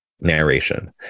narration